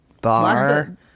bar